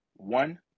One